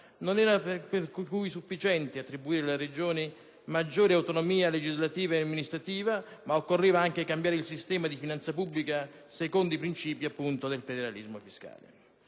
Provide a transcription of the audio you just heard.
non era sufficiente attribuire alle Regioni maggiore autonomia legislativa e amministrativa; occorreva anche cambiare il sistema di finanza pubblica secondo i principi del federalismo fiscale.